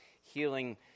healing